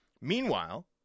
Meanwhile